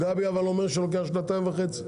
אבל גבי אומר שלוקח שנתיים וחצי.